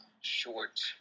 short